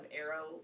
Arrow